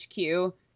HQ